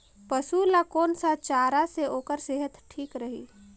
पशु ला कोन स चारा से ओकर सेहत ठीक रही?